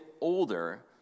older